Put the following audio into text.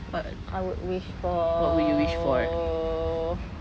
what I would wish for